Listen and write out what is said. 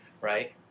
right